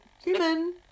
human